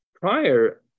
prior